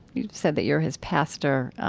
you said that you're his pastor.